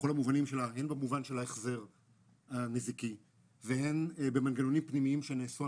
הן במובן של ההחזר הנזיקי והן במנגנונים פנימיים שנעשו,